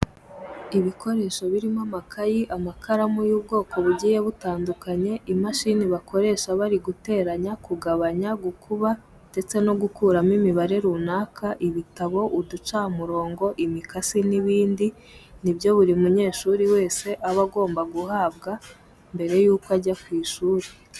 Ibikoresho birimo amakayi, amakaramu y'ubwoko bugiye butandukanye, imashini bakoresha bari guteranya, kugabanya, gukuba ndetse no gukuramo imibare runaka, ibitabo, uducamurongo, imikasi n'ibindi, ni byo buri munyeshuri wese aba agomba guhabwa mbere yuko ajya ku ishuri.